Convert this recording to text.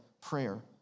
prayer